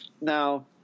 Now